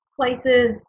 places